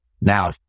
Now